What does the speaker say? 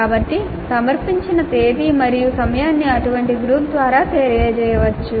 కాబట్టి సమర్పించిన తేదీ మరియు సమయాన్ని అటువంటి గ్రూప్ ద్వారా తెలియజేయవచ్చు